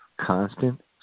constant